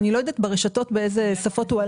אני לא יודעת באיזה שפות הוא היה